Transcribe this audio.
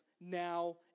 now